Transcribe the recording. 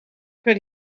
could